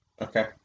Okay